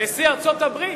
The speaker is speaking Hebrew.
נשיא ארצות-הברית,